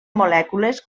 molècules